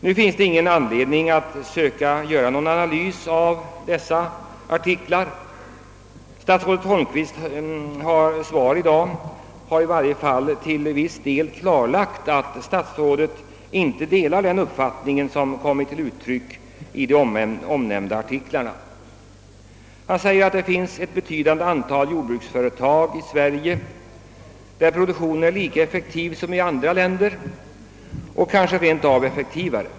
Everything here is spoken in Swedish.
Nu finns det ingen anledning att försöka göra en analys av dessa artiklar. Statsrådet Holmqvists svar i dag har i varje fall delvis klarlagt, att han möjligen inte delar den uppfattning som kommit till uttryck i de omnämnda artiklarna. Det finns, säger statsrådet, »ett betydande antal svenska jordbruksföretag, där produktionen är lika effektiv, ja kanske effektivare, än i andra länder med jämförbara förhållanden».